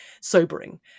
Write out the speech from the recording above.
sobering